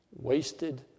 wasted